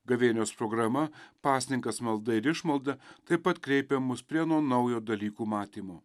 gavėnios programa pasninkas malda ir išmalda taip pat kreipia mus prie nuo naujo dalykų matymo